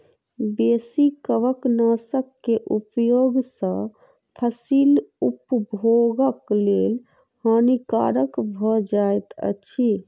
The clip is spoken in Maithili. बेसी कवकनाशक के उपयोग सॅ फसील उपभोगक लेल हानिकारक भ जाइत अछि